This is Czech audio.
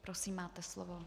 Prosím, máte slovo.